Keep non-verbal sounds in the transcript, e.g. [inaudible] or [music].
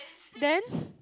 then [breath]